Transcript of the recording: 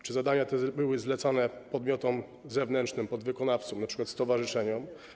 Czy zadania te były zlecane podmiotom zewnętrznym, podwykonawcom, np. stowarzyszeniom?